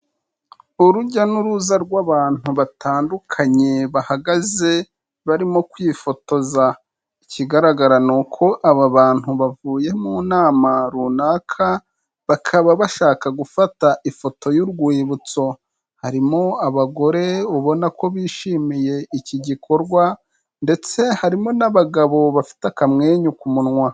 Urujya n'uruza rw'abantu batandukanye bahagaze barimo kwifotoza. Ikigaragara ni uko aba bantu bavuye mu nama runaka, bakaba bashaka gufata ifoto y'urwibutso. Harimo abagore ubona ko bishimiye iki gikorwa, ndetse harimo n'abagabo bafite akamwenyu ku munwa.